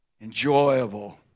enjoyable